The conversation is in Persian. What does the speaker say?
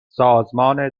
سازمان